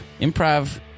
Improv